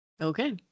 Okay